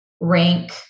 rank